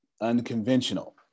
unconventional